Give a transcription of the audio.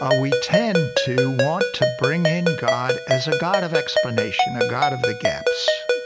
ah we tend to want to bring in god as a god of explanation, a god of the gaps.